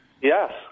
Yes